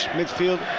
midfield